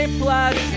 plus